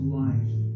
life